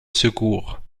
secours